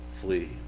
flee